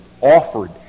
offered